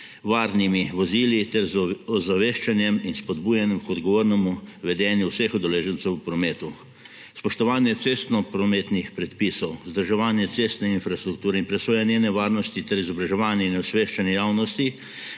varnimi vozili ter z ozaveščanjem in spodbujanjem k odgovornemu vedenju vseh udeležencev v prometu. Spoštovanje cestnoprometnih predpisov, vzdrževanje cestne infrastrukture in presoja njene varnosti ter izobraževanje in osveščanje javnosti